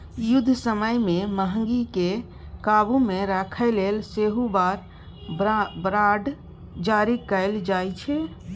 युद्ध समय मे महगीकेँ काबु मे राखय लेल सेहो वॉर बॉड जारी कएल जाइ छै